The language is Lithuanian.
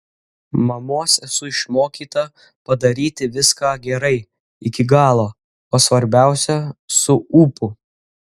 mamos esu išmokyta padaryti viską gerai iki galo o svarbiausia su ūpu